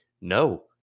No